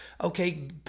okay